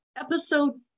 Episode